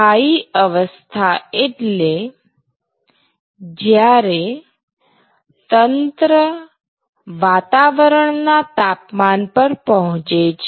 સ્થાયી અવસ્થા એટલે જ્યારે તંત્ર વાતાવરણના તાપમાન પર પહોંચે છે